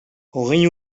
hogei